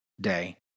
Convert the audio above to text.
day